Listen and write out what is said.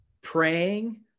praying